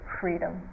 freedom